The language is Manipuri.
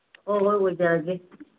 ꯍꯣꯏ ꯍꯣꯏ ꯑꯣꯏꯖꯔꯒꯦ